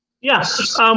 Yes